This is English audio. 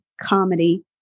comedy